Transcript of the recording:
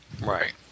Right